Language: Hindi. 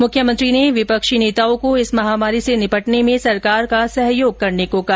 मुख्यमंत्री ने विपक्षी नेताओं को इस महामारी से निपटने में सरकार का सहयोग करने को कहा